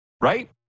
right